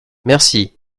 merci